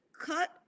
cut